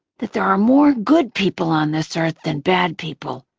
that there are more good people on this earth than bad people,